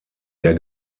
der